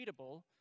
treatable